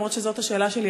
למרות שזאת השאלה שלי,